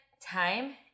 time